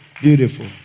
beautiful